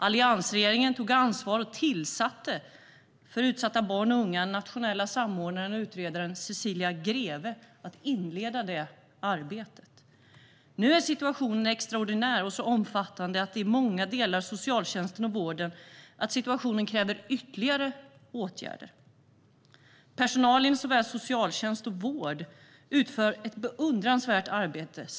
Alliansregeringen tog ansvar och tillsatte för utsatta barn och unga den nationella samordnaren och utredaren Cecilia Grevfe för att inleda det arbetet. Nu är situationen extraordinär och så omfattande i många delar av socialtjänsten och vården att situationen kräver ytterligare åtgärder. Personal inom såväl socialtjänst som vård utför ett beundransvärt arbete.